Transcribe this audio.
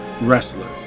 wrestler